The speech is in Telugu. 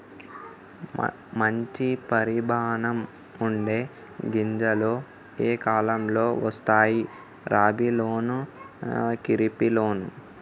మంచి పరిమాణం ఉండే గింజలు ఏ కాలం లో వస్తాయి? రబీ లోనా? ఖరీఫ్ లోనా?